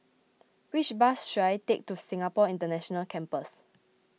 which bus should I take to Singapore International Campus